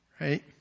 right